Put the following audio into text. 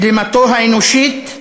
גלימתו האנושית,